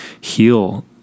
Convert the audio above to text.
heal